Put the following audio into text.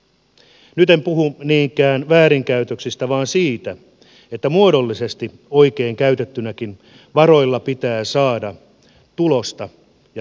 nyt en puhu niinkään väärinkäytöksistä vaan siitä että muodollisesti oikein käytettynäkin varoilla pitää saada tulosta ja tehokkuutta aikaan